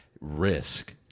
risk